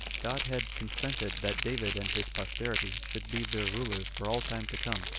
god had consented that david and his posterity should be their rulers for all time to come,